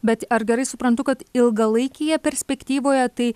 bet ar gerai suprantu kad ilgalaikėje perspektyvoje tai